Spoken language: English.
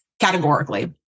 categorically